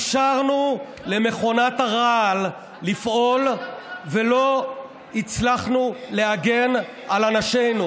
אפשרנו למכונת הרעל לפעול ולא הצלחנו להגן על אנשינו.